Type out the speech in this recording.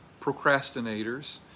procrastinators